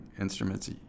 instruments